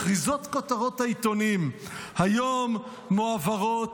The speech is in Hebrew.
מכריזות כותרות העיתונים: היום מועברות